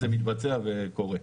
זה מתבצע וזה קורה.